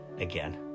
again